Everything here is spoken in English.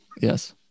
Yes